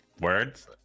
words